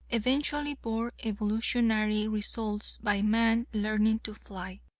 eventually bore evolutionary results by man learning to fly.